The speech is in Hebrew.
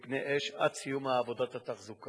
מפני אש עד סיום עבודת התחזוקה.